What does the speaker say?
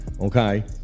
okay